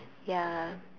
ya